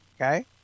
Okay